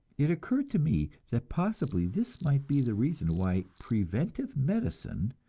it occurred to me that possibly this might be the reason why preventive medicine,